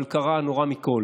אבל קרה הנורא מכול.